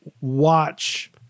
watch